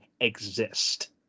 exist